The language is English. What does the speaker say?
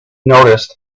noticed